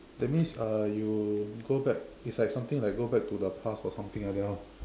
that means uh you go back it's like something like go back to the past or something like that orh